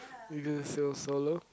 you gonna sail solo